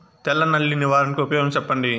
తెల్ల నల్లి నివారణకు ఉపాయం చెప్పండి?